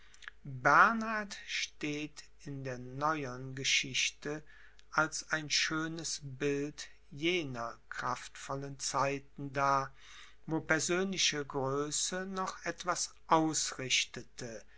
bernhard steht in der neuern geschichte als ein schönes bild jener kraftvollen zeiten da wo persönliche größe noch etwas ausrichtete